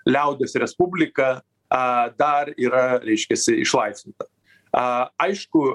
liaudies respublika a dar yra reiškiasi išlaisvinta a aišku